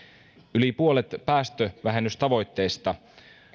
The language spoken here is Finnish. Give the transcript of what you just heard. yli puolet päästövähennystavoitteista